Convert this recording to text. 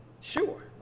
sure